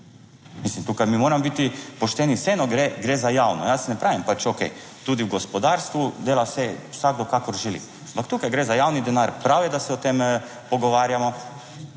Mislim, tukaj moramo biti pošteni, vseeno gre za javno. Jaz ne pravim pač, okej, tudi v gospodarstvu dela se vsakdo kakor želi, ampak tukaj gre za javni denar. Prav je, da se o tem pogovarjamo.